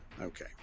Okay